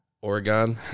Oregon